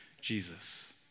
Jesus